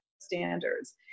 standards